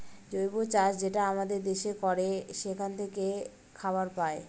জৈব চাষ যেটা আমাদের দেশে করে সেখান থাকে খাবার পায়